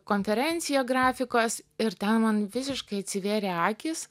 konferenciją grafikos ir ten man visiškai atsivėrė akys